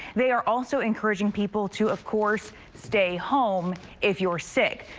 they are also encouraging people to, of course, stay home if you're sick.